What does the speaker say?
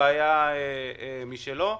בעיה משלו.